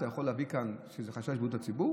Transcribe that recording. אתה יכול להביא לכאן משהו שהוא חשש לבריאות הציבור,